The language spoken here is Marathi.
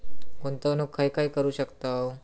गुंतवणूक खय खय करू शकतव?